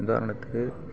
உதாரணத்துக்கு